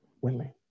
willing